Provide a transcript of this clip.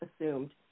assumed